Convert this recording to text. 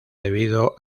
debido